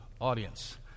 audience